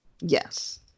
Yes